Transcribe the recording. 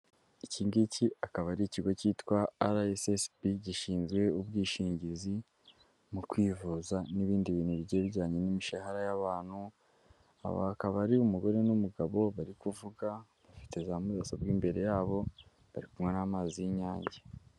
Iki ngiki akaba ari ikigo cyitwa RSSB, gishinzwe ubwishingizi mu kwivuza n'ibindi bintu bigiye bijyanye n'imishahara y'abantu, aba akaba ari umugore n'umugabo bari kuvuga bafite za mudasobwa imbere yabo, bari kunywa n'amazi y'inyange.